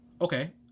Okay